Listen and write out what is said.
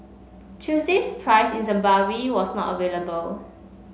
Tuesday's price in Zimbabwe was not available